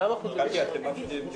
קטי, אתם מפריעים לי.